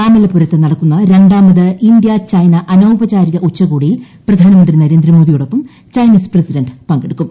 മാമല്ലപുരത്ത് നടക്കുന്ന രണ്ടാമത് India China അനൌപചാരിക ഉച്ചുകോടിയിൽ പ്രധാനമന്ത്രി നരേന്ദ്രമോദിയോടൊപ്പം ചൈനീസ് പ്രസിഡന്റ് പങ്കെടുക്കും